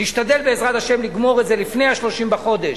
נשתדל, בעזרת השם, לגמור את זה לפני ה-30 בחודש,